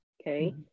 okay